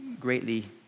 greatly